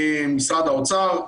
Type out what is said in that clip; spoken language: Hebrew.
משרד האוצר.